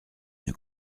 une